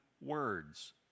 words